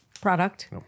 product